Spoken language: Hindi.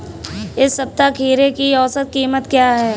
इस सप्ताह खीरे की औसत कीमत क्या है?